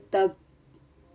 the